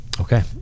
okay